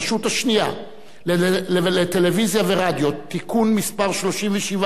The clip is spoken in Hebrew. השנייה לטלוויזיה ורדיו (תיקון מס' 37),